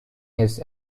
his